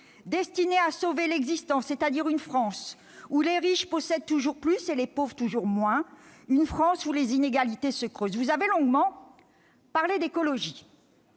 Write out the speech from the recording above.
destiné à sauver l'existant, c'est-à-dire une France où les riches possèdent toujours plus et les pauvres toujours moins, une France où les inégalités se creusent. Vous avez longuement parlé d'écologie.